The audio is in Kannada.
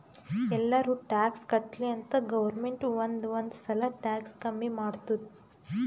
ಎಲ್ಲಾರೂ ಟ್ಯಾಕ್ಸ್ ಕಟ್ಲಿ ಅಂತ್ ಗೌರ್ಮೆಂಟ್ ಒಂದ್ ಒಂದ್ ಸಲಾ ಟ್ಯಾಕ್ಸ್ ಕಮ್ಮಿ ಮಾಡ್ತುದ್